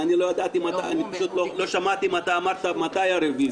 לא שמעתי אם אמרת מתי הרוויזיה.